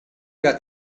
era